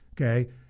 Okay